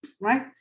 right